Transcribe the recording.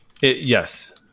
Yes